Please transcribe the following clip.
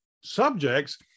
subjects